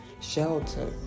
shelter